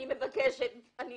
אני מבקשת, אני